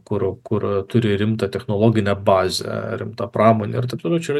kur kur turi rimtą technologinę bazę rimtą pramonę ir taip toliau čia yra